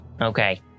Okay